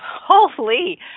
Holy